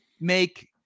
make